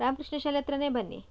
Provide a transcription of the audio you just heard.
ರಾಮಕೃಷ್ಣ ಶಾಲೆ ಹತ್ರನೇ ಬನ್ನಿ